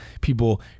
people